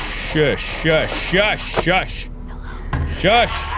shush shush shush shush shush